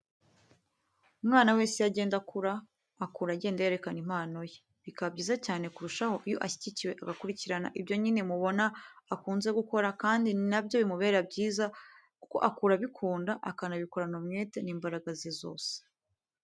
Umwana wese iyo agenda akura agenda yerekana impano ye, bikaba byiza cyane kurushaho iyo ashyigikiwe agakurikirana ibyo nyine mu bona akunze gukora kandi ni nabyo bimubera byiza kuko akura abikunda akanabikorana umwete n'imbaraga ze zose.